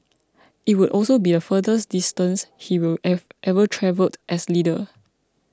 it would also be the furthest distance he will have ever travelled as leader